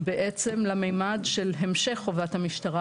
לממד של המשך חובת המשטרה.